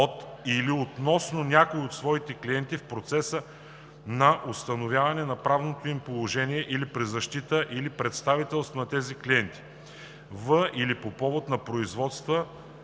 или относно някои от своите клиенти в процеса на установяване на правното му положение, или при защита или представителство на този клиент във или по повод на производство,